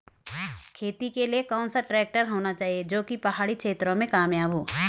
खेती के लिए कौन सा ट्रैक्टर होना चाहिए जो की पहाड़ी क्षेत्रों में कामयाब हो?